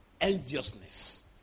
enviousness